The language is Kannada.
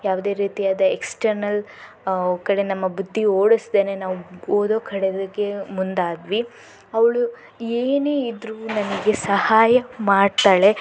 ಯಾವುದೇ ರೀತಿಯಾದ ಎಕ್ಸ್ಟರ್ನಲ್ ಕಡೆ ನಮ್ಮ ಬುದ್ದಿ ಓಡಿಸದೇನೇ ನಾವು ಓದೋ ಕಡೆಗೆ ಮುಂದಾದ್ವಿ ಅವಳು ಏನೇ ಇದ್ದರೂ ನನಗೆ ಸಹಾಯ ಮಾಡ್ತಾಳೆ